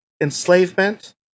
enslavement